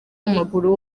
w’amaguru